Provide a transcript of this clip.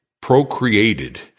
procreated